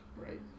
right